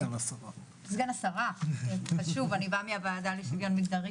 סגן שרת הכלכלה והתעשייה יאיר גולן: